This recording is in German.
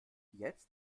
jetzt